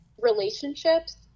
relationships